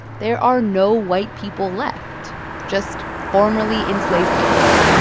there are no white people left just formerly enslaved people.